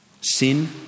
Sin